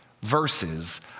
verses